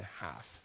half